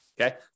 okay